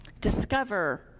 Discover